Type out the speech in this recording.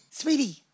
Sweetie